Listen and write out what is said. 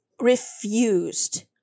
refused